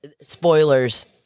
spoilers